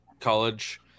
college